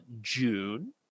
June